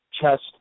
chest